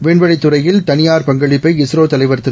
விண்வெளித் துறையில் தனியார் பங்களிப்பை இஸ்ரோ தலைவர் திரு